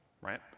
right